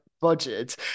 budget